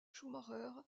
schumacher